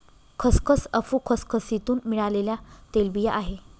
खसखस अफू खसखसीतुन मिळालेल्या तेलबिया आहे